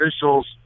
officials